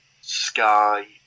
Sky